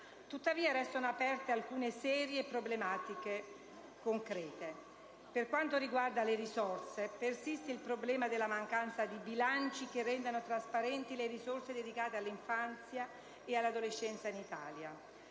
Tuttavia restano aperte alcune serie e concrete problematiche. Per quanto riguarda le risorse, persiste il problema della mancanza di bilanci che rendano trasparenti le risorse dedicate all'infanzia e all'adolescenza in Italia.